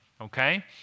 okay